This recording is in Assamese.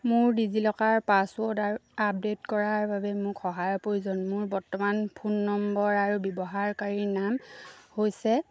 মোৰ ডিজিলকাৰ পাছৱৰ্ড আপডেট কৰাৰ বাবে মোক সহায়ৰ প্ৰয়োজন মোৰ বৰ্তমানৰ ফোন নম্বৰ আৰু ব্যৱহাৰকাৰী নাম হৈছে